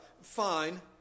fine